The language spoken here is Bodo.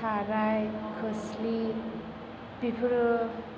साराय खोस्लि बेफोरो